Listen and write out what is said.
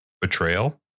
betrayal